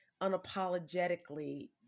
unapologetically